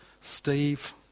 Steve